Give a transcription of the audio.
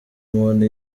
muntu